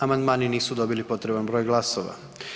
Amandmani nisu dobili potreban broj glasova.